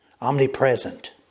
omnipresent